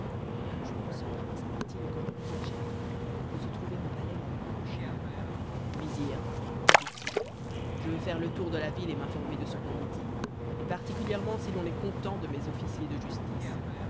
un jour ce prince avertit le grand vizir giafar de se trouver au palais la nuit prochaine vizir lui dit-il je veux faire le tour de la ville et m'informer de ce qu'on y dit et particulièrement si l'on est content de mes officiers de justice